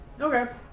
Okay